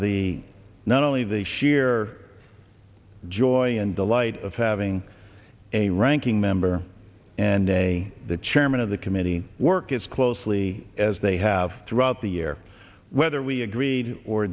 the not only the issue here joy and delight of having a ranking member and a the chairman of the committee work as closely as they have throughout the year whether we agreed or